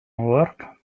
work